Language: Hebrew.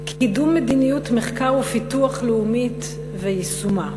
קידום מדיניות מחקר ופיתוח לאומית ויישומה,